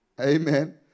Amen